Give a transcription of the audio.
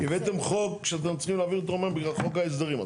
הבאתם חוק שאתם צריכים להעביר טרומית בגלל חוק ההסדרים.